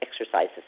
exercises